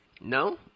No